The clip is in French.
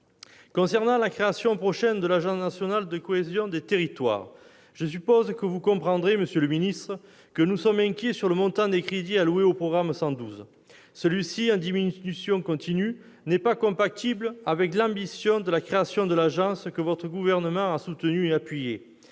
Concernant la création prochaine de l'agence nationale de la cohésion des territoires, je suppose que vous comprendrez, monsieur le ministre, que nous sommes inquiets sur le montant des crédits alloués au programme 112. Celui-ci, en diminution continue, n'est pas compatible avec l'ambition de la création de l'agence que le Gouvernement a soutenue et appuyée.